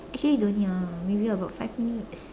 actually don't need ah maybe about five minutes